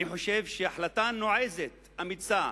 אני חושב שהחלטה נועזת, אמיצה,